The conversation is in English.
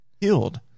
healed